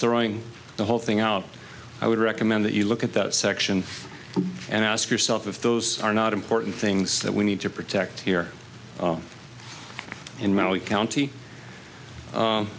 throwing the whole thing out i would recommend that you look at that section and ask yourself if those are not important things that we need to protect here in mentally county